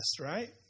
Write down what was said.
right